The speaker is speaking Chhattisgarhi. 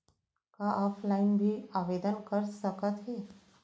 का ऑफलाइन भी आवदेन कर सकत हे?